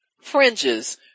fringes